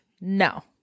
no